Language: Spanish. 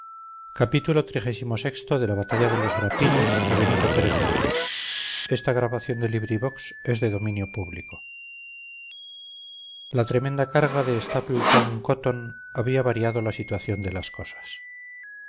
la tremenda carga de stapleton cotton había variado la situación de las cosas